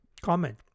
comment